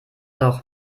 doch